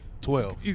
Twelve